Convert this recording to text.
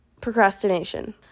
procrastination